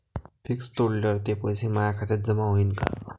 Fix तोडल्यावर ते पैसे माया खात्यात जमा होईनं का?